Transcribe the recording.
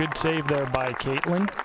and save there by kaitlin.